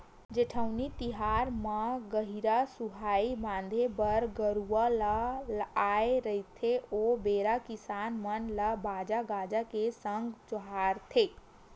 जेठउनी तिहार म गहिरा सुहाई बांधे बर गरूवा ल आय रहिथे ओ बेरा किसान मन ल बाजा गाजा के संग जोहारथे